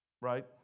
Right